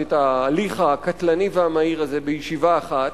את ההליך הקטלני והמהיר הזה בישיבה אחת,